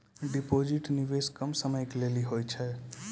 Deposit निवेश कम समय के लेली होय छै?